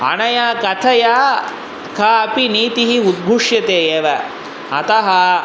अनया कथया का अपि नीतिः उद्घोष्यते एव अतः